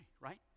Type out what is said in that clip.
right